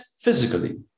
physically